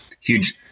huge